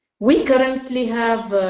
we currently have